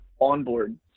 onboard